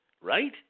right